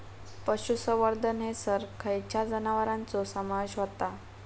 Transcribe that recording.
पशुसंवर्धन हैसर खैयच्या जनावरांचो समावेश व्हता?